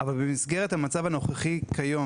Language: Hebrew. אבל במסגרת המצב הנוכחי כיום,